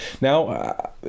Now